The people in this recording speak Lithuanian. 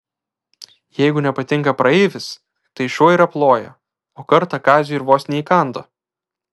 jeigu nepatinka praeivis tai šuo ir aploja o kartą kaziui ir vos neįkando